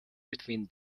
between